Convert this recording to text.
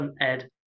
Ed